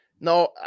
no